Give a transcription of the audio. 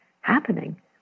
happening